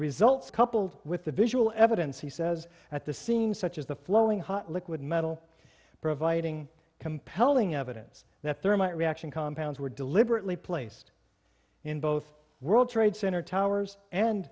results coupled with the visual evidence he says at the scene such as the flowing hot liquid metal providing compelling evidence that thermite reaction compounds were deliberately placed in both world trade center towers and